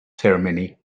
ceremony